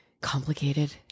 complicated